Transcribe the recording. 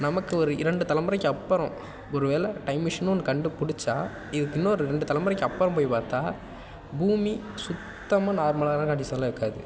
நமக்கு ஒரு இரண்டு தலைமுறைக்கு அப்புறம் ஒரு வேலை டைம் மிஷின்னு ஒன்று கண்டுபிடிச்சா இது இன்னொரு ரெண்டு தலைமுறைக்கு அப்புறம் போய் பார்த்தா பூமி சுத்தமாக நார்மலான கண்டிஷன்ல இருக்காது